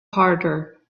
harder